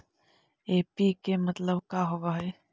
NPK मतलब का होव हइ?